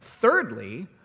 Thirdly